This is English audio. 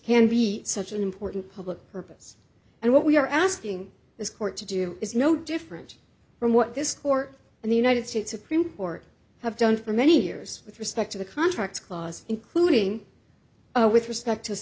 can be such an important public purpose and what we are asking this court to do is no different from what this court and the united states supreme court have done for many years with respect to the contracts clause including with respect to